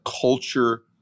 culture